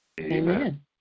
Amen